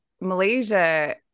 Malaysia